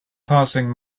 passing